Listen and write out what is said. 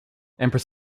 emperor